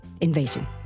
invasion